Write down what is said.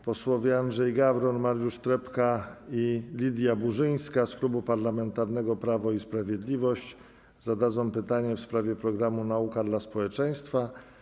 Posłowie Andrzej Gawron, Mariusz Trepka i Lidia Burzyńska z Klubu Parlamentarnego Prawo i Sprawiedliwość zadadzą pytanie w sprawie programu „Nauka dla społeczeństwa”